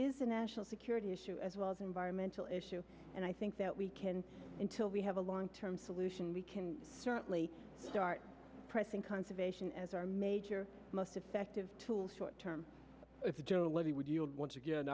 is a national security issue as well as an environmental issue and i think that we can until we have a long term solution we can certainly start pressing conservation as our major most effective tools short term